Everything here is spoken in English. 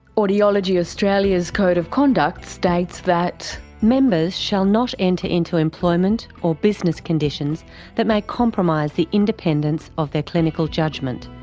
audiology australia's code of conduct states that members shall not enter into employment or business conditions that may compromise the independence of their clinical judgment.